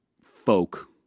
folk